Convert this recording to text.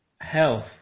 health